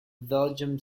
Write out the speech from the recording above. belgian